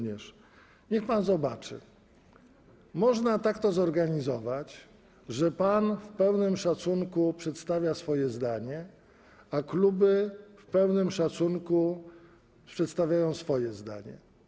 Niech pan zobaczy, można to tak zorganizować, że pan przy pełnym szacunku przedstawia swoje zdanie, a kluby przy pełnym szacunku przedstawiają swoje zdanie.